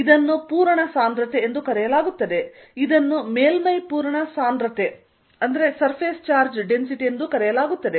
ಇದನ್ನು ಪೂರಣ ಸಾಂದ್ರತೆ ಎಂದು ಕರೆಯಲಾಗುತ್ತದೆ ಇದನ್ನು ಮೇಲ್ಮೈ ಪೂರಣ ಸಾಂದ್ರತೆ ಎಂದು ಕರೆಯಲಾಗುತ್ತದೆ